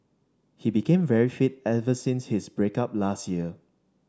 he became very fit ever since his break up last year